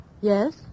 Yes